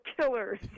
killers